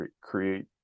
create